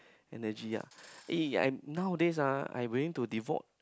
energy ah eh I nowadays ah I willing to devote